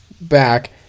back